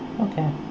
Okay